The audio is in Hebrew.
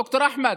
ד"ר אחמד,